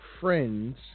friends